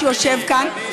שיושב כאן,